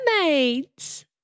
mermaids